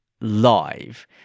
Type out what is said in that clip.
live